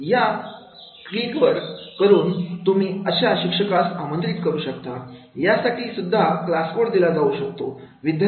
यावर क्लिक करुन तुम्ही अशा शिक्षकास आमंत्रित करू शकता यासाठीसुद्धा क्लास कोड दिला जाऊ शकतो